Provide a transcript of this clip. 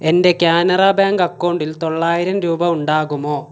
എൻ്റെ കാനറ ബാങ്ക് അക്കൗണ്ടിൽ തൊള്ളായിരം രൂപ ഉണ്ടാകുമോ